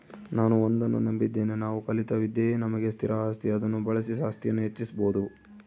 ನಾನು ಒಂದನ್ನು ನಂಬಿದ್ದೇನೆ ನಾವು ಕಲಿತ ವಿದ್ಯೆಯೇ ನಮಗೆ ಸ್ಥಿರ ಆಸ್ತಿ ಅದನ್ನು ಬಳಸಿ ಆಸ್ತಿಯನ್ನು ಹೆಚ್ಚಿಸ್ಬೋದು